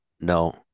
no